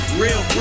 real